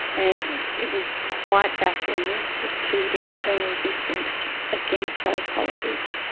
and it was quite baffling as to the internal resistance against those policies.